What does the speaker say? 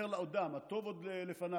(אומר בערבית ומתרגם:) הטוב עוד לפניו,